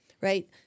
right